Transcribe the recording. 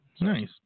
Nice